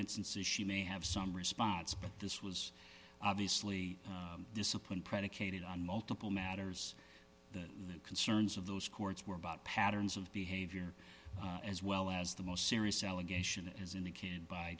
instances she may have some response but this was obviously discipline predicated on multiple matters that the concerns of those courts were about patterns of behavior as well as the most serious allegation as indicated by